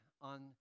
on